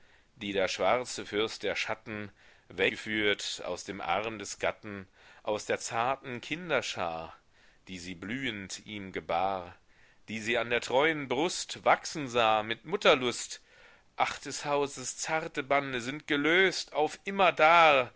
die der schwarze fürst der schatten wegführt aus dem arm des gatten aus der zarten kinder schar die si e blühend ihm gebar die sie an der treuen brust wachsen sah mit mutterlust ach des hauses zarte bande sind gelöst auf immerdar